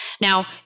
Now